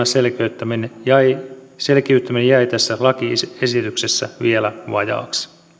selkeyttäminen jäi tässä lakiesityksessä vielä vajaaksi